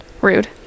rude